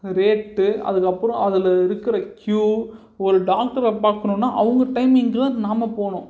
rate அதுக்கு அப்புறம் அதில் இருக்கிற க்யூ ஒரு டாக்டரை பார்க்கணுன்னா அவங்க டைமிங்க்கு நாம போகணும்